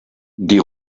die